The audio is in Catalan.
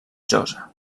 josa